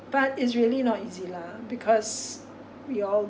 but it's really not easy lah because we all